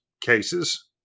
cases